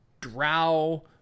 drow